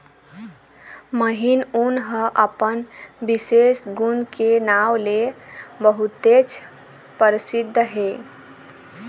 महीन ऊन ह अपन बिसेस गुन के नांव ले बहुतेच परसिद्ध हे